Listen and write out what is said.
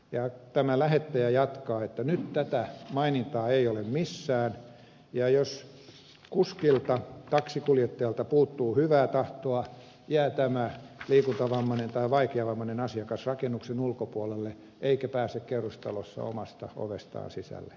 tämä lähettäjä jatkaa että nyt tätä mainintaa ei ole missään ja jos kuskilta taksinkuljettajalta puuttuu hyvää tahtoa jää tämä liikuntavammainen tai vaikeavammainen asiakas rakennuksen ulkopuolelle eikä pääse kerrostalossa omasta ovestaan sisälle